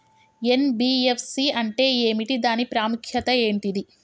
NBFC అంటే ఏమిటి దాని ప్రాముఖ్యత ఏంటిది?